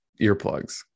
earplugs